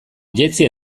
jetzi